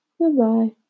Goodbye